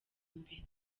mbere